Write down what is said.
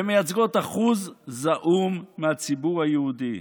ומייצגות אחוז זעום מהציבור היהודי.